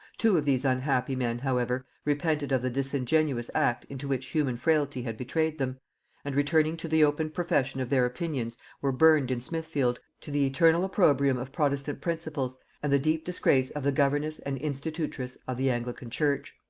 two of these unhappy men, however, repented of the disingenuous act into which human frailty had betrayed them and returning to the open profession of their opinions were burned in smithfield, to the eternal opprobrium of protestant principles and the deep disgrace of the governess and institutress of the anglican church.